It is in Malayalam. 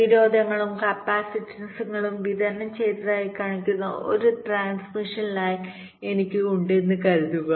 പ്രതിരോധങ്ങളും കപ്പാസിറ്റൻസുകളും വിതരണം ചെയ്തതായി കാണിക്കുന്ന ഒരു ട്രാൻസ്മിഷൻ ലൈൻഎനിക്ക് ഉണ്ടെന്ന് കരുതുക